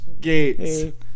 gates